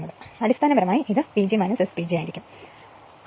അതിനാൽ അടിസ്ഥാനപരമായി ഇത് PG S PG ആയിരിക്കും